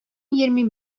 yirmi